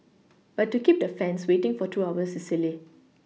but to keep the fans waiting for two hours is silly